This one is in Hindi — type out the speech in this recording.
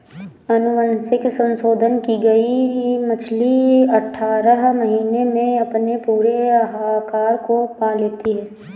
अनुवांशिक संशोधन की गई मछली अठारह महीने में अपने पूरे आकार को पा लेती है